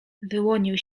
wyłonił